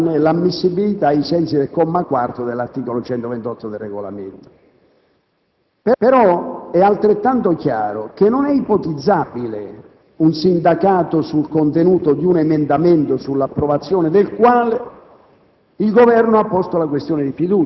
la Presidenza avrebbe dovuto valutarne l'ammissibilità ai sensi del comma 4 dell'articolo 128 del Regolamento. Ma è altrettanto chiaro che non è ipotizzabile un sindacato sul contenuto di un emendamento sull'approvazione del quale